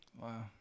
Wow